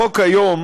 החוק כיום